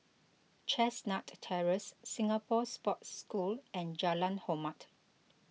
Chestnut Terrace Singapore Sports School and Jalan Hormat